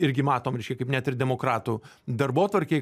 irgi matom reiškia kaip net ir demokratų darbotvarkėj